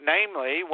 Namely